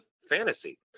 fantasy